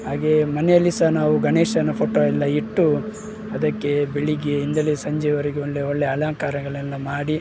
ಹಾಗೆಯೇ ಮನೆಯಲ್ಲಿ ಸ ನಾವು ಗಣೇಶನ ಫೋಟೋ ಎಲ್ಲ ಇಟ್ಟು ಅದಕ್ಕೆ ಬೆಳಗ್ಗೆಯಿಂದಲೇ ಸಂಜೆಯವರೆಗೂ ಒಳ್ಳೆ ಒಳ್ಳೆ ಅಲಂಕಾರಗಳೆಲ್ಲ ಮಾಡಿ